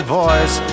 voice